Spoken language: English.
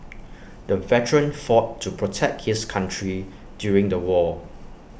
the veteran fought to protect his country during the war